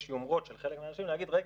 יש יומרות של חלק מהאנשים להגיד רגע,